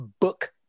book